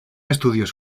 estudios